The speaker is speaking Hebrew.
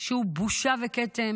שהוא בושה וכתם